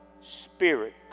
spirit